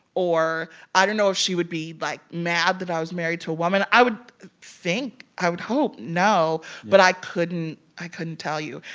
or i don't know if she would be, like, mad that i was married to a woman. i would think i would hope no. but i couldn't i couldn't tell you.